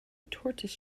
tortoise